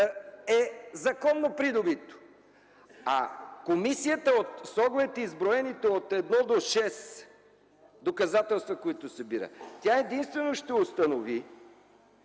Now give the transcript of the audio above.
е законно придобито, а комисията с оглед изброените от едно до шест доказателства, които събира, тя единствено ще установи,